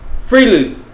freely